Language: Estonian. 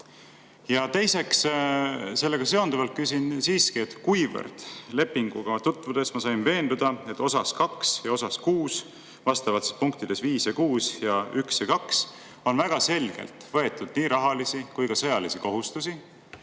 Ja teiseks, sellega seonduvalt küsin – kuivõrd lepinguga tutvudes ma sain veenduda, et osas 2 ja osas 6, vastavalt punktides 5 ja 6 ning 1 ja 2, on väga selgelt võetud nii rahalisi kui ka sõjalisi kohustusi